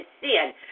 sin